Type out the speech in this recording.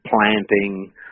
planting